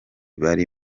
bari